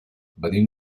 venim